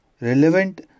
relevant